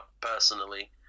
personally